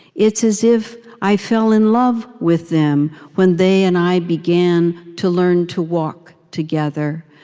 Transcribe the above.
it's as if i fell in love with them, when they and i began to learn to walk together.